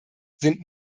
sind